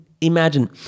Imagine